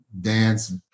dance